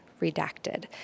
redacted